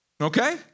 okay